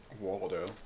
Waldo